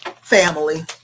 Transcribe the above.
Family